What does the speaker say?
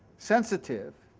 sensitive